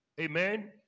Amen